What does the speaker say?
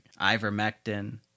Ivermectin